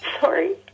Sorry